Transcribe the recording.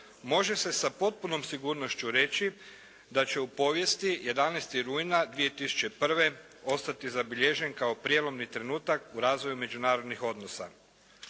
može se sa potpunom sigurnošću reći da će u povijesti 11. rujna 2001. ostati zabilježen kao prijelomni trenutak u razvoju međunarodnih odnosa.